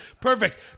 Perfect